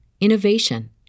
innovation